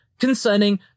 concerning